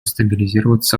стабилизироваться